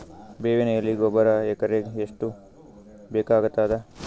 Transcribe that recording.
ಬೇವಿನ ಎಲೆ ಗೊಬರಾ ಎಕರೆಗ್ ಎಷ್ಟು ಬೇಕಗತಾದ?